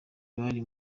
bari